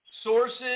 sources